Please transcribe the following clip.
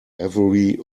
every